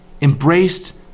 embraced